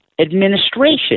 administration